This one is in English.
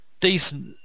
decent